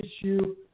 issue